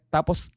Tapos